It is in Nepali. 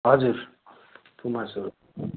हजुर पुमा सो